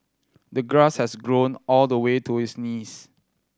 the grass has grown all the way to his knees